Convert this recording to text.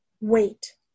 wait